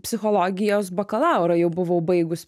psichologijos bakalaurą jau buvau baigus